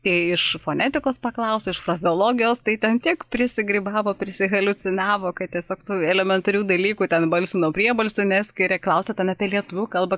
tai iš fonetikos paklausiau iš frazeologijos tai ten tiek prisigrybavo prisihaliucinavo kad tiesiog elementarių dalykų ten balsių nuo priebalsių neskiria klausiau ten apie lietuvių kalbą